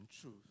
truth